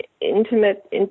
intimate